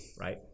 right